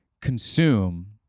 consume